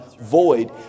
void